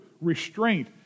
restraint